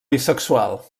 bisexual